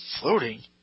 floating